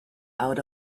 out